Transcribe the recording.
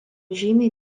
žymiai